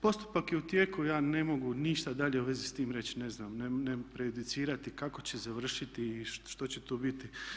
Postupak je u tijeku, ja ne mogu ništa dalje u vezi s time reći, ne mogu prejudicirati kako će završiti i što će tu biti.